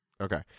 Okay